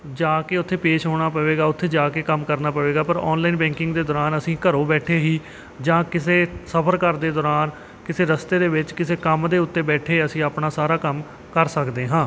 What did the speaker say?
ਜਾ ਕੇ ਉੱਥੇ ਪੇਸ਼ ਹੋਣਾ ਪਵੇਗਾ ਉੱਥੇ ਜਾ ਕੇ ਕੰਮ ਕਰਨਾ ਪਵੇਗਾ ਪਰ ਆਨਲਾਈਨ ਬੈਂਕਿੰਗ ਦੇ ਦੌਰਾਨ ਅਸੀਂ ਘਰੋਂ ਬੈਠੇ ਹੀ ਜਾਂ ਕਿਸੇ ਸਫ਼ਰ ਕਰਦੇ ਦੌਰਾਨ ਕਿਸੇ ਰਸਤੇ ਦੇ ਵਿੱਚ ਕਿਸੇ ਕੰਮ ਦੇ ਉੱਤੇ ਬੈਠੇ ਅਸੀਂ ਆਪਣਾ ਸਾਰਾ ਕੰਮ ਕਰ ਸਕਦੇ ਹਾਂ